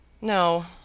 No